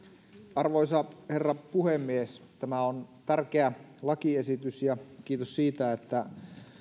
arvoisa herra puhemies tämä on tärkeä lakiesitys kiitos siitä että